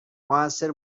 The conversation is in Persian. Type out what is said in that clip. موثر